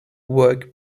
work